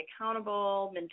accountable